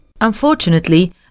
Unfortunately